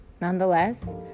Nonetheless